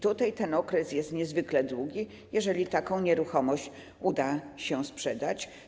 Ten okres jest niezwykle długi, jeżeli taką nieruchomość uda się sprzedać.